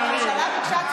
בקואליציה, אין בזה בושה,